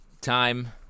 time